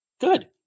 good